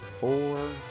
four